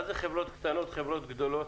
מה זה חברות קטנות, חברות גדולות?